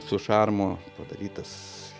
su šarmu padarytas